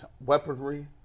weaponry